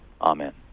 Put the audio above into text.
amen